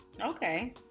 Okay